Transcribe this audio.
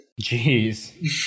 Jeez